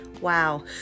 Wow